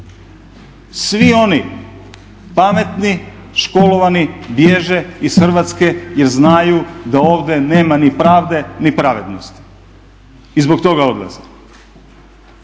Svi oni pametni, školovani bježe iz Hrvatske jer znaju da ovdje nema ni pravde ni pravednosti i zbog toga odlaze